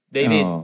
David